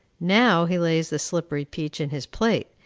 now he lays the slippery peach in his plate,